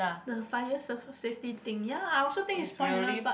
the fire saf~ safety thing ya I also think it's pointless but